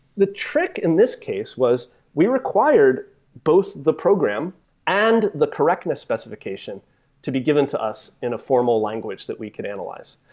the trick in this case was we were required both the program and the correctness specification to be given to us in a formal language that we could analyze.